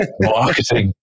Marketing